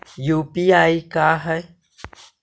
UPI का है?